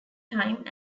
time